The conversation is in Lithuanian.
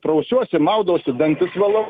prausiuosi maudausi dantis valau